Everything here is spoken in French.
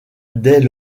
dès